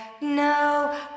no